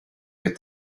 with